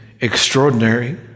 extraordinary